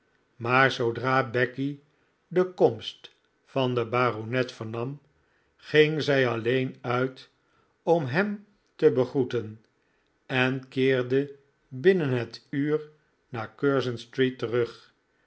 maar zoodra becky de komst van den baronet vernam ging zij alleen uit om hem te begroeten en keerde binnen het uur naar curzon street terug